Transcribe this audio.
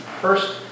First